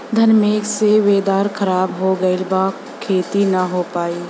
घन मेघ से वेदर ख़राब हो गइल बा खेती न हो पाई